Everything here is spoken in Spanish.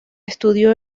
estudió